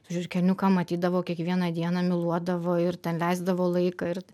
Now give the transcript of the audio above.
žiurkėniuką matydavo kiekvieną dieną myluodavo ir ten leisdavo laiką ir